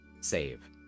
save